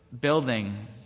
building